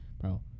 bro